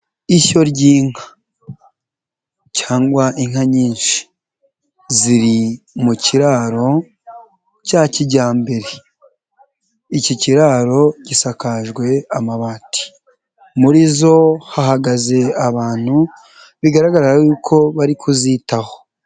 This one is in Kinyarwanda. Ishyo ry'inka cyangwa inka nyinshi ziri mu kiraro cya kijyambere, iki kiraro gisakajwe amabati, muri zo hahagaze abantu bigaragara y'uko bari kuzitaho.